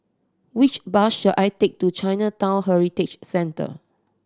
which bus should I take to Chinatown Heritage Centre